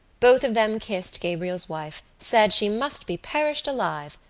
both of them kissed gabriel's wife, said she must be perished alive,